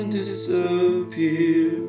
disappear